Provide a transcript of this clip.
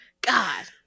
God